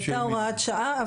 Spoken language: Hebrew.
הייתה הוראת שעה,